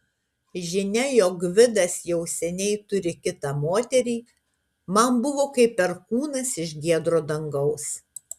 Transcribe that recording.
žinia jog gvidas jau seniai turi kitą moterį man buvo kaip perkūnas iš giedro dangaus